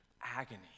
agony